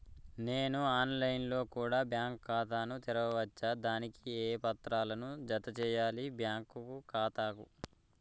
నేను online లో కూడా బ్యాంకు ఖాతా ను తెరవ వచ్చా? దానికి ఏ పత్రాలను జత చేయాలి బ్యాంకు ఖాతాకు?